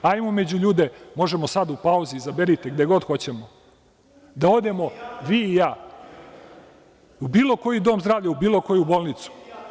Hajdemo među ljude, možemo sad u pauzi, izaberite, gde god hoćemo, da odemo vi i ja, u bilo koji dom zdravlja u bilo koju bolnicu.